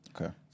Okay